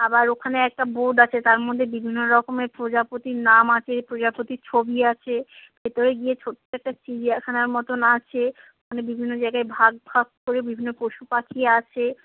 আবার ওখানে একটা বোর্ড আছে তার মধ্যে বিভিন্ন রকমের প্রজাপতির নাম আছে প্রজাপতির ছবি আছে ভেতরে গিয়ে ছোট্ট একটা চিড়িয়াখানার মতন আছে ওখানে বিভিন্ন জায়গায় ভাগ ভাগ করে বিভিন্ন পশু পাখি আছে